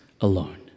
alone